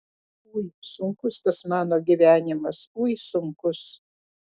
ui sunkus tas mano gyvenimas ui sunkus